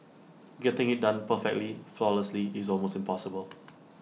getting IT done perfectly flawlessly is almost impossible